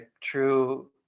true